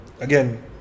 again